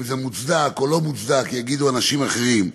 אם זה מוצדק או לא מוצדק יגידו אנשים אחרים.